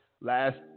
last